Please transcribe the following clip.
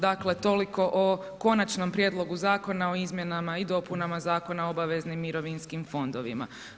Dakle toliko o Konačnom prijedlog Zakona o izmjenama i dopunama Zakona o obveznim mirovinskim fondovima.